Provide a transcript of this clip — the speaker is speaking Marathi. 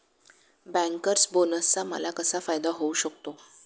बँकर्स बोनसचा मला कसा फायदा होऊ शकतो?